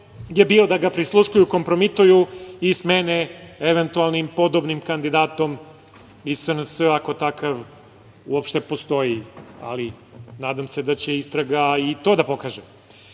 je bio da ga prisluškuju, kompromituju i smene eventualnim, podobnim kandidatom iz SNS, ako takav uopšte postoji, ali nadam se da će istraga i to da pokaže. Nešto